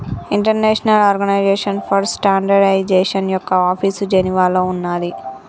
international organization for standardization యొక్క office జెనీవాలో ఉన్నాది